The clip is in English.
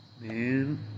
man